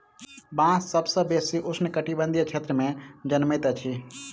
बांस सभ सॅ बेसी उष्ण कटिबंधीय क्षेत्र में जनमैत अछि